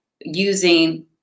using